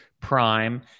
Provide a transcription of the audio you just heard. Prime